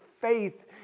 faith